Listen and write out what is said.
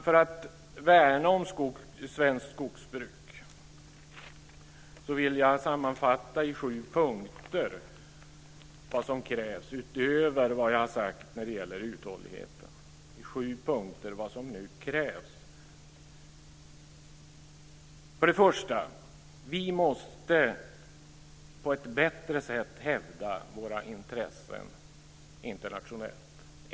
För att värna om svenskt skogsbruk vill jag ge en sammanfattning av vad som krävs utöver vad jag sagt när det gäller uthålligheten. Vi måste på ett bättre sätt hävda våra intressen internationellt.